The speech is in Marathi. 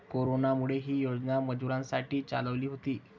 कोरोनामुळे, ही योजना मजुरांसाठी चालवली होती